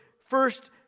first